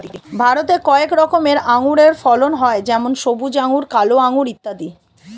ভারতে কয়েক রকমের আঙুরের ফলন হয় যেমন সবুজ আঙুর, কালো আঙুর ইত্যাদি